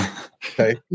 Okay